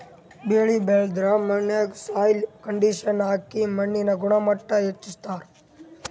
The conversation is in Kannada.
ಬೆಳಿ ಬೆಳಿಲಾರ್ದ್ ಮಣ್ಣಿಗ್ ಸಾಯ್ಲ್ ಕಂಡಿಷನರ್ ಹಾಕಿ ಮಣ್ಣಿನ್ ಗುಣಮಟ್ಟ್ ಹೆಚಸ್ಸ್ತಾರ್